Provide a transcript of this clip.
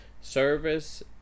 service